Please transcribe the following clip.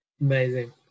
Amazing